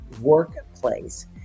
workplace